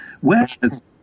whereas